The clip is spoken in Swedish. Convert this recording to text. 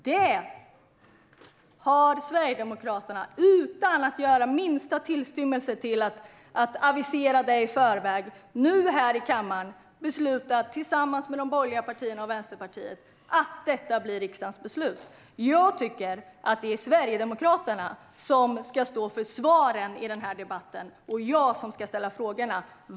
Men Sverigedemokraterna har utan minsta tillstymmelse till att avisera det i förväg nu beslutat, tillsammans med de borgerliga partierna och Vänsterpartiet, att ett avslag kommer att bli riksdagens beslut. Det är Sverigedemokraterna som ska stå för svaren i denna debatt och jag som ska ställa frågorna.